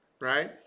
right